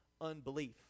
unbelief